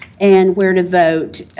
and where to vote.